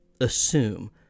assume